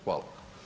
Hvala.